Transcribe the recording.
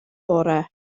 bore